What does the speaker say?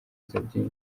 byinshi